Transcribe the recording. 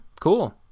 cool